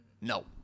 No